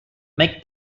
make